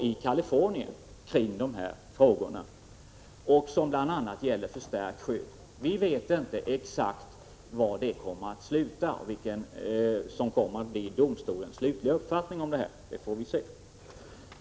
I Kalifornien pågår ett rättsfall som bl.a. gäller förstärkt skydd. Vi vet inte exakt vilken slutlig uppfattning domstolen kommer att redovisa, utan vi får avvakta utgången av detta rättsfall.